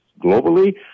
globally